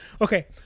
Okay